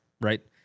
right